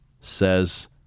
says